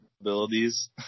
abilities